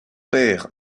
père